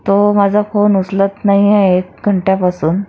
तो माझा फोन उचलत नाही आहे एक घंट्यापासून